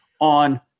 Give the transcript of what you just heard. on